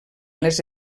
les